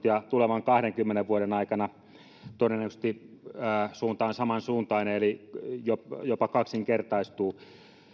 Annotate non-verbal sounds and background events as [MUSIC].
[UNINTELLIGIBLE] ja tulevan kahdenkymmenen vuoden aikana todennäköisesti suunta on samansuuntainen eli se jopa kaksinkertaistuu